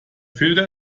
filter